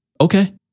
Okay